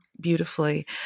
beautifully